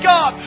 God